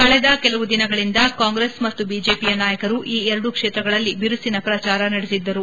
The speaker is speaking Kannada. ಕಳೆದ ಕೆಲವು ದಿನಗಳಿಂದ ಕಾಂಗ್ರೆಸ್ ಮತ್ತು ಬಿಜೆಪಿಯ ನಾಯಕರು ಈ ಎರಡು ಕ್ಷೇತ್ರಗಳಲ್ಲಿ ಬಿರುಸಿನ ಪ್ರಚಾರ ನಡೆಸಿದ್ದರು